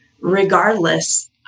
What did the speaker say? regardless